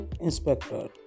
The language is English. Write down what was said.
Inspector